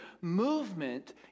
movement